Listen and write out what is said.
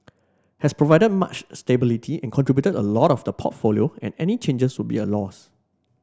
has provided much stability and contributed a lot to the portfolio and any changes would be a loss